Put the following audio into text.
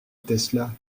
tesla